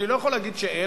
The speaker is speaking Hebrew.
אני לא יכול להגיד שאין,